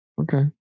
Okay